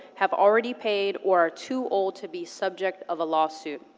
have already paid, or are too old to be subject of a lawsuit.